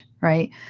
right